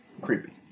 Creepy